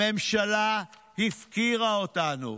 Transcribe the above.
הממשלה הפקירה אותנו,